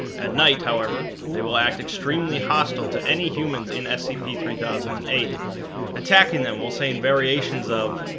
at night, however, they will act extremely hostile to any humans in scp three thousand and eight attacking them will say in variations of,